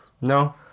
No